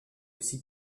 aussi